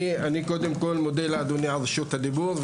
אני מודה לאדוני על רשות הדיבור,